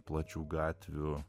plačių gatvių